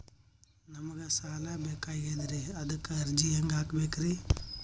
ನಮಗ ಸಾಲ ಬೇಕಾಗ್ಯದ್ರಿ ಅದಕ್ಕ ಅರ್ಜಿ ಹೆಂಗ ಹಾಕಬೇಕ್ರಿ?